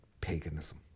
Paganism